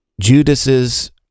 Judas's